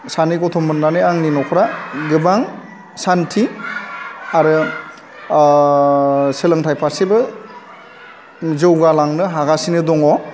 सानै गथ' मोननानै आंनि न'खरा गोबां सान्थि आरो सोलोंथाइ फारसेबो जौगालांनो हागासिनो दङ